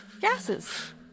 gases